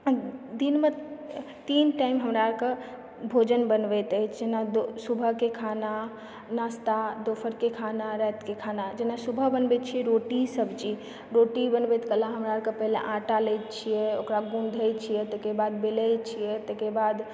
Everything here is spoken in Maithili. दिनमे तीन टाइम हमरा अरकऽ भोजन बनबैत अछि जेना सुबहके खाना नाश्ता दोपहरके खाना रातिके खाना जेना सुबह बनबैत छियै रोटी सब्जी रोटी बनबैत कला हमरा अरकऽ पहिले हमरा अरकऽ आटा लैत छियै ओकरा गुनधै छियै ताहिके बाद बेलैत छियै ताहिके बाद